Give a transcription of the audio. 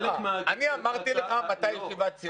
אני אמרתי לך מתי ישיבת סיעה?